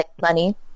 Money